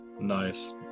Nice